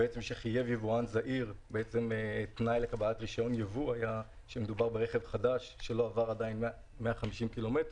ליבואנים הזעירים להביא גם רכבים משומשים.